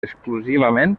exclusivament